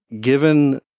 given